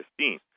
2015